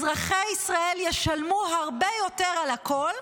אזרחי ישראל ישלמו הרבה יותר על הכול,